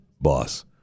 boss